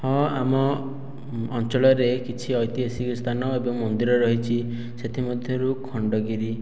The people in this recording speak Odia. ହଁ ଆମ ଅଞ୍ଚଳରେ କିଛି ଐତିହାସିକ ସ୍ଥାନ ଏବଂ ମନ୍ଦିର ରହିଛି ସେଥିମଧ୍ୟରୁ ଖଣ୍ଡଗିରି